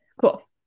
Cool